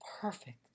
Perfect